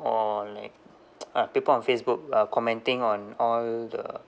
or like uh people on facebook uh commenting on all the